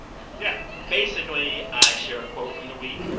no yeah basically, i share a quote from the week.